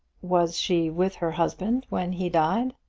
was she with her husband when he died?